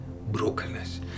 brokenness